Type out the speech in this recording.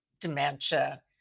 dementia